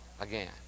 again